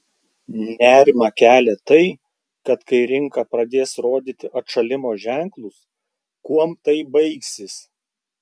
nerimą kelia tai kad kai rinka pradės rodyti atšalimo ženklus kuom tai baigsis